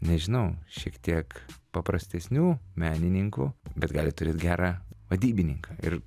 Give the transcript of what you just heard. nežinau šiek tiek paprastesnių menininkų bet gali turėt gerą vadybininką ir